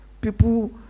People